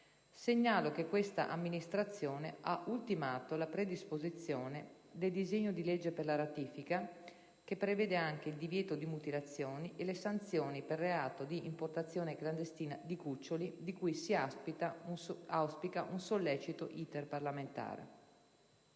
Segnalo che questa Amministrazione ha ultimato la predisposizione del disegno di legge per la ratifica (che prevede anche il divieto di mutilazioni e le sanzioni per il reato di importazione clandestina dei cuccioli), di cui si auspica un sollecito *iter* parlamentare.